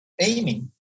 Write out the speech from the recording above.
aiming